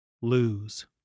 lose